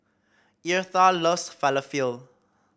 Eartha loves Falafel